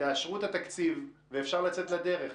לאשר את התקציב ואפשר לצאת לדרך.